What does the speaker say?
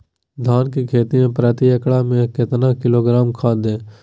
धान की खेती में प्रति एकड़ में कितना किलोग्राम खाद दे?